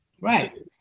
Right